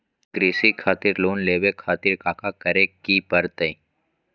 कृषि खातिर लोन लेवे खातिर काका करे की परतई?